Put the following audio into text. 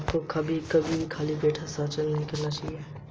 आपको कभी भी खाली चेक पर हस्ताक्षर नहीं करना चाहिए